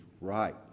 right